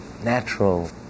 natural